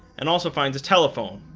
and also finds a telephone,